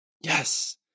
Yes